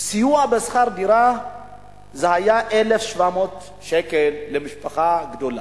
הסיוע בשכר דירה היה 1,700 שקל למשפחה גדולה.